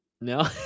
no